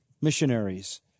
missionaries